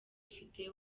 ufite